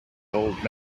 old